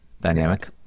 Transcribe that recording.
dynamic